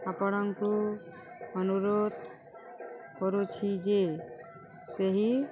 ଆପଣଙ୍କୁ ଅନୁରୋଧ କରୁଛି ଯେ ସେହି